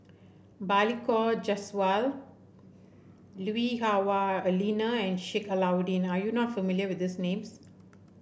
Balli Kaur Jaswal Lui Hah Wah Elena and Sheik Alau'ddin are you not familiar with these names